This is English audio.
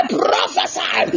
prophesy